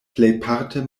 plejparte